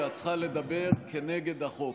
שאת צריכה לדבר נגד החוק,